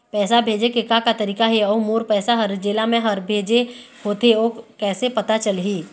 पैसा भेजे के का का तरीका हे अऊ मोर पैसा हर जेला मैं हर भेजे होथे ओ कैसे पता चलही?